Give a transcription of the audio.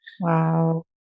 Wow